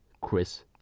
Chris